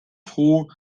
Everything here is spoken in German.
froh